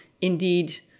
indeed